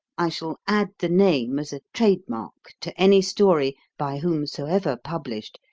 i shall add the name, as a trade mark, to any story, by whomsoever published,